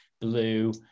blue